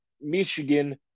Michigan